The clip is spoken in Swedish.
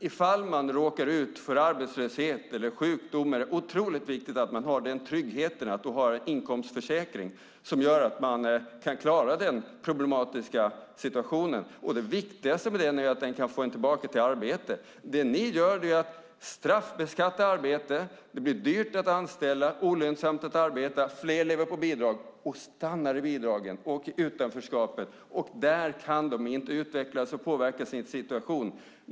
I fall man råkar ut för arbetslöshet eller sjukdom är det otroligt viktigt att man har den tryggheten att ha en inkomstförsäkring som gör att man kan klara den problematiska situationen. Det viktigaste är att komma tillbaka till arbete. Det ni gör är att straffbeskatta arbete. Det blir dyrt att anställa, olönsamt att arbeta och fler lever på bidrag och stannar i bidragen och utanförskapet. Där kan de inte utvecklas och påverka sin situation.